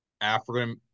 African